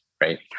right